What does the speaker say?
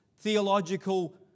theological